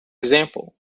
example